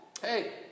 Hey